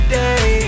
day